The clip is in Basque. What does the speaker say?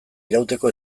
irauteko